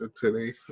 today